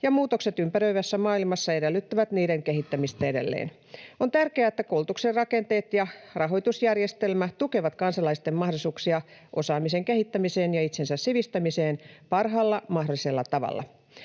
ja muutokset ympäröivässä maailmassa edellyttävät niiden kehittämistä edelleen. On tärkeää, että koulutuksen rakenteet ja rahoitusjärjestelmä tukevat kansalaisten mahdollisuuksia osaamisen kehittämiseen ja itsensä sivistämiseen parhaalla mahdollisella tavalla.